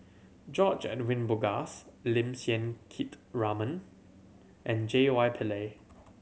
George Edwin Bogaars Lim Siang Keat Raymond and J Y Pillay